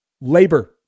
Labor